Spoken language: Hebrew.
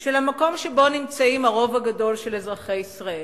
של המקום שבו נמצא הרוב הגדול של אזרחי ישראל: